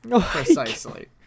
Precisely